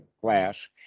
class